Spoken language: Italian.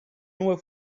nuove